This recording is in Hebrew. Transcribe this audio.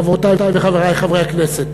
חברותי וחברי חברי הכנסת,